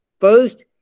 First